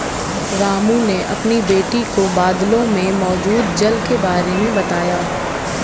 रामू ने अपनी बेटी को बादलों में मौजूद जल के बारे में बताया